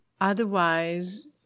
Otherwise